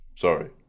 Sorry